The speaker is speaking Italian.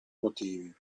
motivi